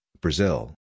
Brazil